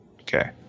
Okay